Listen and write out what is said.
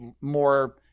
more